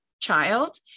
child